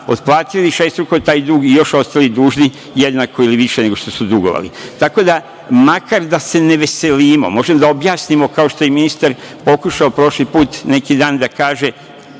platili višestruko taj dug i još ostali dužni jednako ili više nego što su dugovali. Tako da, makar da se ne veselimo, možemo da objasnimo, kao što je ministar pokušao neki dan da kaže